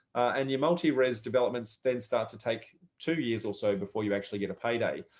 and your multi res developments then start to take two years or so before you actually get a payday.